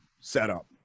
setup